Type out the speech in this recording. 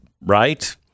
right